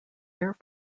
force